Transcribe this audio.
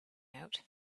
out